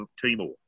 Timor